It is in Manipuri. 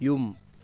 ꯌꯨꯝ